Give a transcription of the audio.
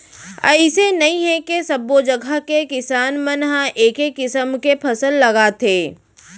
अइसे नइ हे के सब्बो जघा के किसान मन ह एके किसम के फसल लगाथे